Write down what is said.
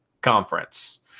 Conference